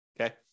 Okay